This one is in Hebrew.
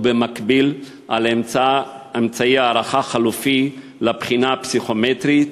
ובמקביל על אמצעי הערכה חלופי לבחינה הפסיכומטרית